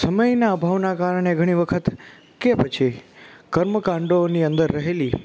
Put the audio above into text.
સમયના અભાવના કારણે ઘણી વખત કે પછી કર્મ કાંડોની અંદર રહેલી